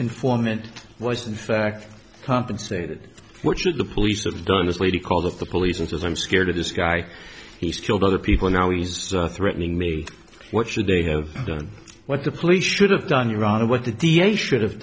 informant was in fact compensated what should the police have done this lady called of the police and says i'm scared of this guy he's killed other people now he's threatening me what should they have done what the police should have done your honor what the d a should have